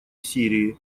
сирии